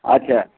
अच्छा